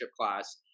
class